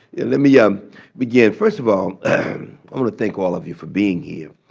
let me um begin. first of all, i want to thank all of you for being here.